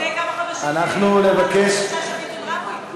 לפני כמה חודשים, הם רבו אתי, תודה.